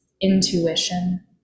intuition